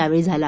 यावेळी झाला